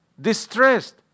distressed